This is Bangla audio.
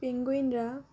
পেঙ্গুইনরা